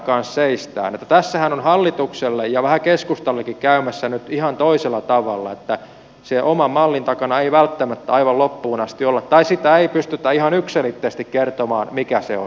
tässähän on hallitukselle ja vähän keskustallekin käymässä nyt ihan toisella tavalla että sen oman mallin takana ei välttämättä aivan loppuun asti olla tai ei pystytä ihan yksiselitteisesti kertomaan mikä se on